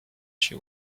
she